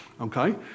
okay